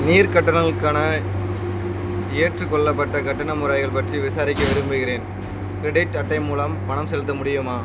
நீர் கட்டணங்களுக்கான ஏற்றுக்கொள்ளப்பட்ட கட்டண முறைகள் பற்றி விசாரிக்க விரும்புகிறேன் க்ரெடிட் அட்டை மூலம் பணம் செலுத்த முடியுமா